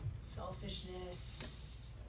selfishness